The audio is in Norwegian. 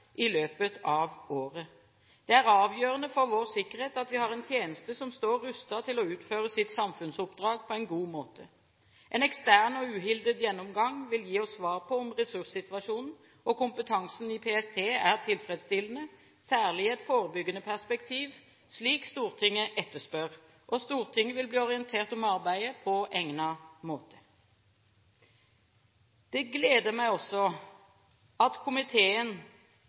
i løpet av året. Det er avgjørende for vår sikkerhet at vi har en tjeneste som står rustet til å utføre sitt samfunnsoppdrag på en god måte. En ekstern og uhildet gjennomgang vil gi oss svar på om ressurssituasjonen og kompetansen i PST er tilfredsstillende – særlig i et forebyggende perspektiv, slik Stortinget etterspør. Stortinget vil bli orientert om arbeidet på egnet måte. Det gleder meg også at komiteen